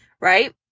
right